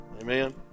Amen